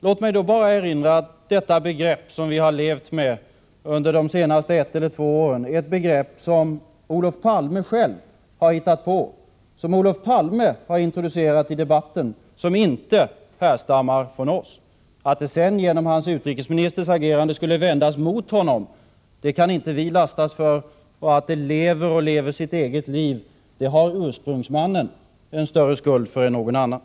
Låt mig då bara erinra om att detta begrepp, som vi har levt med under de senaste ett eller två åren, är ett begrepp som Olof Palme själv har hittat på, som Olof Palme har introducerat i debatten. Det härstammar inte från oss. Att det sedan, genom hans utrikesministers agerande, skulle vändas mot honom kan inte vi lastas för. Att det lever och lever sitt eget liv har ursprungsmännen större skuld till än någon annan.